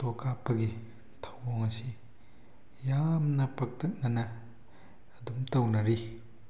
photo ꯀꯥꯞꯄꯒꯤ ꯊꯧꯑꯣꯡ ꯑꯁꯤ ꯌꯥꯝꯅ ꯄꯥꯛꯇꯛꯅꯅ ꯑꯗꯨꯝ ꯇꯧꯅꯔꯤ